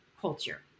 culture